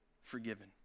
forgiven